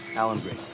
allan green.